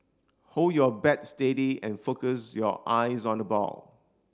hold your bat steady and focus your eyes on the ball